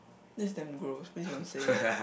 this damn gross please don't say it